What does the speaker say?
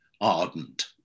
ardent